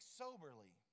soberly